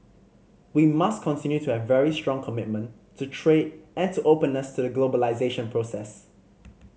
we must continue to have very strong commitment to trade and to openness to the globalisation process